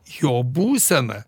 jo būsena